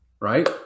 right